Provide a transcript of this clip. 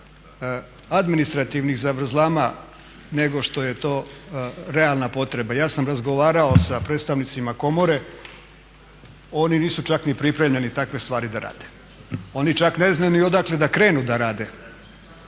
administrativnih zavrzlama nego što je to realna potreba. Ja sam razgovarao sa predstavnicima komore, oni nisu čak ni pripremljeni takve stvari da rade. Oni čak ne znaju ni odakle da krenu da rade.